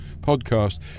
podcast